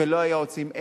ולא היועצים,